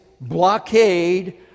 blockade